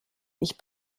ich